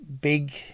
big